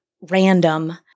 random